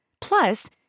Plus